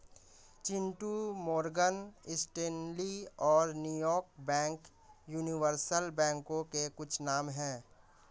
Chintu Morgan Stanley और New York bank universal बैंकों के कुछ नाम है